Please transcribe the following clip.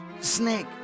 snake